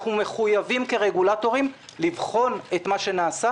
אנחנו מחויבים כרגולטורים לבחון את מה שנעשה